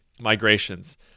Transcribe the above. migrations